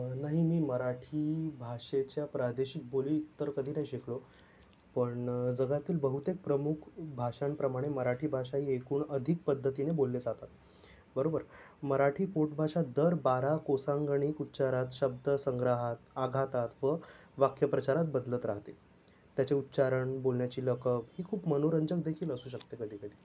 नाही मी मराठी भाषेच्या प्रादेशिक बोली तर कधी नाही शिकलो पण जगातील बहुतेक प्रमुख भाषांप्रमाणे मराठी भाषा ही एकूण अधिक पद्धतीने बोलले जातात बरोबर मराठी पोटभाषा दर बारा कोसांगणिक उच्चारात शब्दसंग्रहात आघातात व वाक्यप्रचारात बदलत राहते त्याचे उच्चारण बोलण्याची लकब ही खूप मनोरंजकदेखील असू शकते कधीकधी